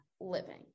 living